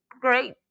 great